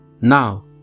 Now